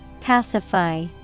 Pacify